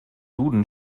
duden